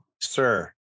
sir